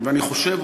ואני חושב,